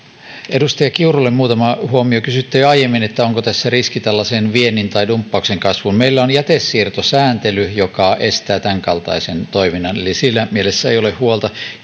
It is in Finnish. edustaja kiurulle muutama huomio kysyitte jo aiemmin onko tässä riski tällaiseen viennin tai dumppauksen kasvuun meillä on jätesiirtosääntely joka estää tämänkaltaisen toiminnan eli siinä mielessä ei ole huolta